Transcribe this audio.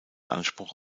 anspruch